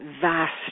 Vast